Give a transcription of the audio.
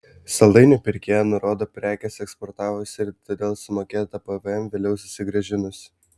saldainių pirkėja nurodo prekes eksportavusi ir todėl sumokėtą pvm vėliau susigrąžinusi